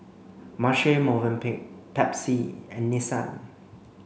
Marche Movenpick Pepsi and Nissan